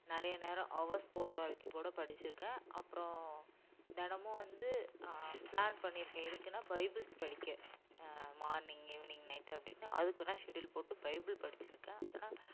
நிறைய நேரம் ஹவர்ஸ் போகற வரைக்கும் கூட படிச்சி இருக்கேன் அப்புறோம் தினமும் வந்து பிளான் பண்ணி இருக்கேன் எதுக்குன்னா பைபிள்ஸ் படிக்க மார்னிங் ஈவினிங் நைட் அப்படின்னு அதுக்கு நான் ஷெடியுல் போட்டு பைபிள் படிச்சி இருக்கேன் ஆனால்